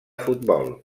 futbol